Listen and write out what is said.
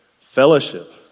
fellowship